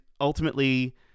ultimately